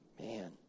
Man